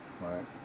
Right